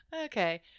okay